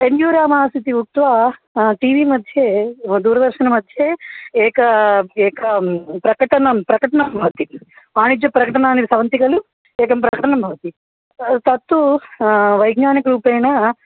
पेन्युरामास् इति उक्त्वा TV मध्ये दूरदर्शनमध्ये एकम् एकं प्रकटनं प्रकटनं भवति वाणिज्यप्रकटनानि भवन्ति खलु एकं प्रकटनं भवति तत्तु वैज्ञानिकरूपेण